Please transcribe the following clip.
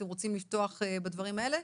אתם רוצים לפתוח בדברים האלה?